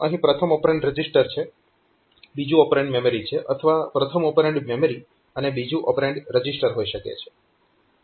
અહીં પ્રથમ operand register છે બીજું ઓપરેન્ડ મેમરી છે અથવા પ્રથમ ઓપરેન્ડ મેમરી અને બીજું ઓપરેન્ડ રજીસ્ટર હોઈ શકે છે